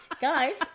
guys